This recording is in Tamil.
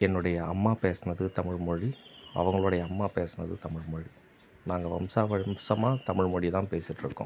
என்னுடைய அம்மா பேசினது தமிழ்மொழி அவங்களோடைய அம்மா பேசினது தமிழ்மொழி நாங்கள் வம்ச வம்சமாக தமிழ்மொழி தான் பேசிகிட்டு இருக்கோம்